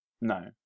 No